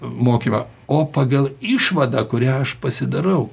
mokymą o pagal išvadą kurią aš pasidarau